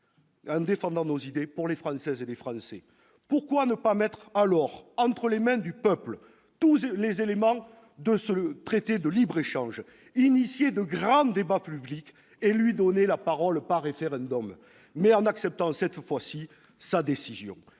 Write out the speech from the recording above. et avec nos idées, pour les Françaises et les Français. Pourquoi ne pas mettre alors entre les mains du peuple tous les éléments de ce traité de libre-échange, initier de grands débats publics et donner la parole à nos concitoyens par référendum, en acceptant, cette fois-ci, leur décision ?